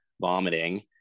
vomiting